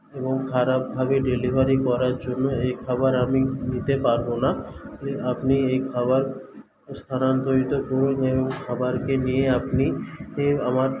এবং খারাপভাবে ডেলিভারি করার জন্য এই খাবার আমি নিতে পারবো না আপনি এই খাবার স্থানান্তরিত করুন এবং খাবারকে নিয়ে আপনি আমার